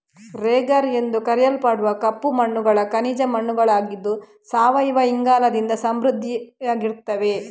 ರೆಗರ್ ಎಂದು ಕರೆಯಲ್ಪಡುವ ಕಪ್ಪು ಮಣ್ಣುಗಳು ಖನಿಜ ಮಣ್ಣುಗಳಾಗಿದ್ದು ಸಾವಯವ ಇಂಗಾಲದಿಂದ ಸಮೃದ್ಧವಾಗಿರ್ತವೆ